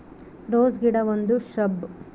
rose ಗಿಡ ಒಂದು shrub